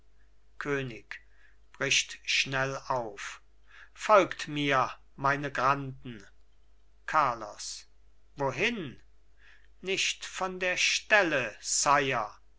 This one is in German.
könig bricht schnell auf folgt mir meine granden carlos wohin nicht von der stelle sire